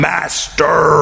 Master